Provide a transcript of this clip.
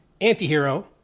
Antihero